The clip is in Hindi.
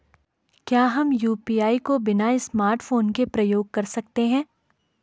क्या हम यु.पी.आई को बिना स्मार्टफ़ोन के प्रयोग कर सकते हैं?